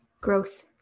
growth